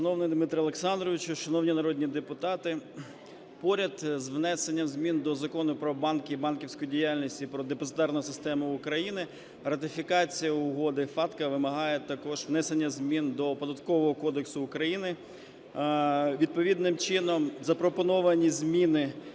Дмитре Олександровичу, шановні народні депутати, поряд з внесенням змін до Закону "Про банки і банківську діяльність" і "Про депозитарну систему України" ратифікація угоди FATCA вимагає також внесення змін до Податкового кодексу України. Відповідним чином запропоновані зміни